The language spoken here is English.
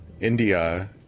india